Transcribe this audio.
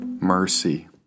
Mercy